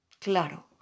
Claro